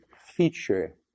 feature